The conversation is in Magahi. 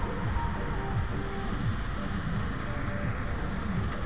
बैंकबा से कुछ उपकरणमा के मददगार होब होतै भी?